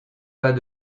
pas